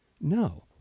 No